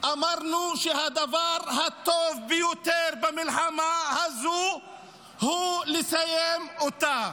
אמרנו שהדבר הטוב ביותר במלחמה הזו הוא לסיים אותה.